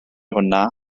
hwnna